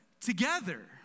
together